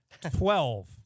Twelve